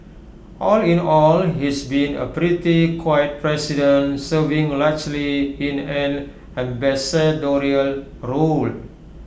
all in all he's been A pretty quiet president serving largely in an ambassadorial role